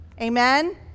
amen